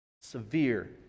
severe